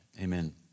amen